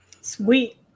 Sweet